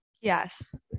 Yes